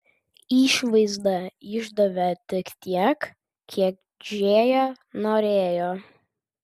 išvaizda išdavė tik tiek kiek džėja norėjo